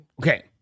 Okay